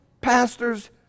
pastors